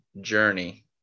journey